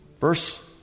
Verse